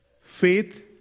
Faith